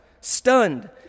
stunned